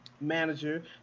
manager